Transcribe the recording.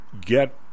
get